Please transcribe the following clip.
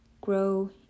grow